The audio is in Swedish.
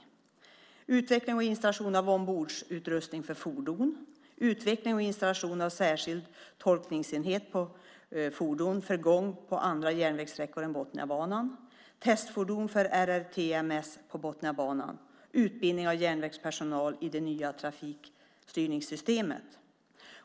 Det är också utveckling och installation av ombordutrustning på fordon, utveckling och installation av särskild tolkningsenhet på fordon för gång på andra järnvägssträckor än Botniabanan, testfordon för RRTMS på Botniabanan och utbildning av järnvägspersonal i det nya trafikstyrningssystemet.